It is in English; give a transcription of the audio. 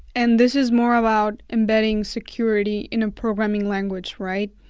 and this is more about embedding security in a programming language, right?